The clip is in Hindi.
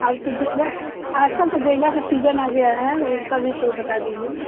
और तो बेइरा आजकल तो बेला का सीजन आ गया है उसका भी तो बता दीजिए